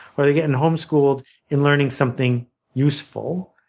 or they're getting home schooled and learning something useful.